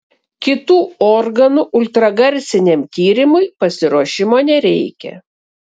kitų organų ultragarsiniam tyrimui pasiruošimo nereikia